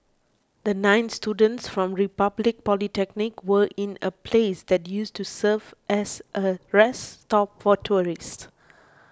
the nine students from Republic Polytechnic were in a place that used to serve as a rest stop for tourists